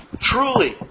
Truly